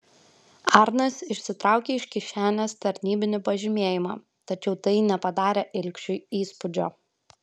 arnas išsitraukė iš kišenės tarnybinį pažymėjimą tačiau tai nepadarė ilgšiui įspūdžio